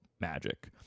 magic